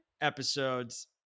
episodes